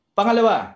Pangalawa